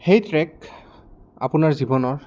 সেই ট্ৰেক আপোনাৰ জীৱনৰ